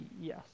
Yes